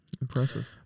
Impressive